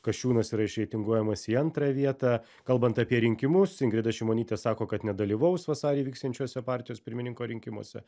kasčiūnas yra išreitinguojamas į antrąją vietą kalbant apie rinkimus ingrida šimonytė sako kad nedalyvaus vasarį vyksiančiuose partijos pirmininko rinkimuose